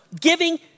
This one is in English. giving